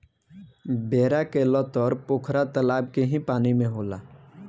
बेरा के लतर पोखरा तलाब के ही पानी में होला